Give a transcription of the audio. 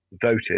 voted